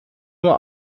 nur